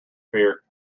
fear